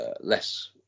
less